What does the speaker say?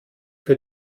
für